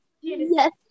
Yes